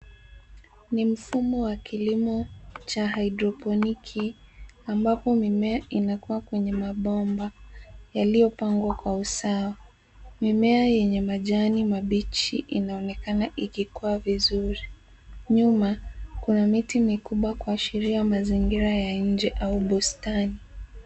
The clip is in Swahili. Ni mfumo wa kilimo cha haidroponiki ambapo mimea inakua kwenye mabomba yaliyopangwa kwa usawa. Mimea yenye majani mabichi inaonekana ikikua vizuri. Nyuma kuna miti mikubwa kuashiria mazingira ya nje au bustani.